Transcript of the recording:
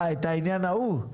את העניין ההוא?